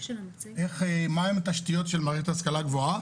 מה הן התשתיות של מערכת ההשכלה הגבוהה.